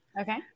Okay